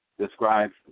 describes